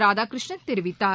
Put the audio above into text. ராதாகிருஷ்ணன் தெரிவித்தார்